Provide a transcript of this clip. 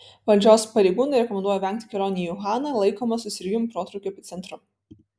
valdžios pareigūnai rekomenduoja vengti kelionių į uhaną laikomą susirgimų protrūkio epicentru